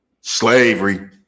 Slavery